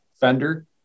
fender